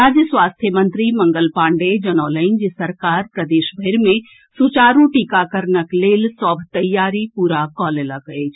राज्य स्वास्थ्य मंत्री मंगल पांडेय जनौलनि जे सरकार प्रदेशभरि मे सुचारू टीकाकरणक लेल सभ तैयारी पूरा कऽ लेलक अछि